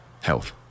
health